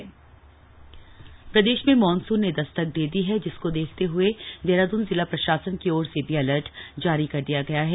monsoon Dehradun प्रदेश में monsoon ने दस्तक दे दी है जिसको देखते हुए देहरादून जिला प्रशासन की ओर से भी अलर्ट जारी कर दिया गया है